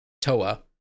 Toa